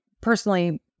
personally